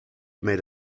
made